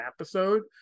episode